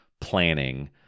planning